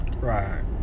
Right